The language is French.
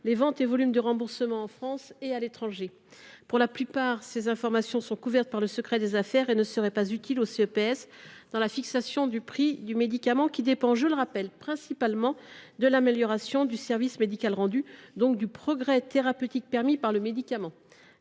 les ventes et volumes de remboursement en France et à l’étranger. La plupart de ces informations sont couvertes par le secret des affaires et ne seraient pas utiles au CEPS dans la fixation du prix du médicament, dont je rappelle qu’elle dépend principalement de l’amélioration du service médical rendu, c’est à dire du progrès thérapeutique permis par le médicament.